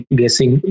guessing